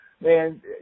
man